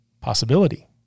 possibility